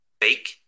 Fake